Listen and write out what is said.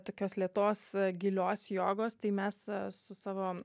tokios lėtos gilios jogos tai mes su savo